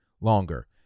longer